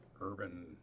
urban